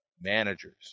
managers